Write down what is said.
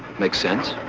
makes sense.